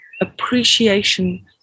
appreciation